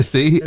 See